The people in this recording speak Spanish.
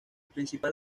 principal